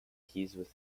he’s